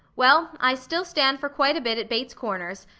well, i still stand for quite a bit at bates corners,